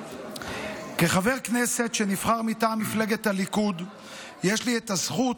כחבר כנסת שנבחר מטעם מפלגת הליכוד יש לי הזכות,